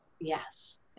Yes